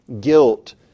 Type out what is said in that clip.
guilt